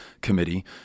committee